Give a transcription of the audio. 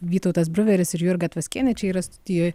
vytautas bruveris ir jurga tvaskienė čia yra studijoj